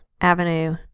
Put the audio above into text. Avenue